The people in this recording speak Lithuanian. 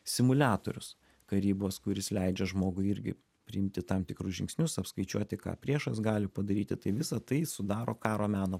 simuliatorius karybos kuris leidžia žmogui irgi priimti tam tikrus žingsnius apskaičiuoti ką priešas gali padaryti tai visa tai sudaro karo meno